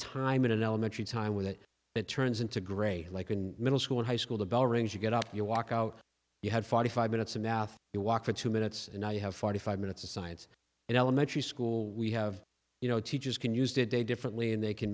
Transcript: time in an elementary time with it it turns into grade like in middle school in high school the bell rings you get up you walk out you had forty five minutes of math you walk for two minutes and i have forty five minutes of science in elementary school we have you know teachers can use that day differently and they can